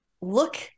look